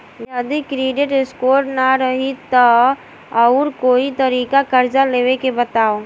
जदि credit score ना रही त आऊर कोई तरीका कर्जा लेवे के बताव?